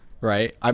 right